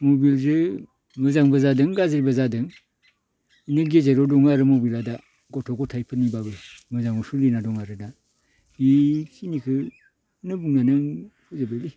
मबाइलजो मोजांबो जादों गाज्रिबो जादों बिनि गेजेराव दङो मबाइला दा गथ' गथाइफोरनि ब्लाबो मोजांआव सोलिना दं आरो दा इखिखोनो बुंनानै आं फोजोबबायलै